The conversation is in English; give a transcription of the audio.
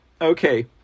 okay